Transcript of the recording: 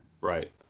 Right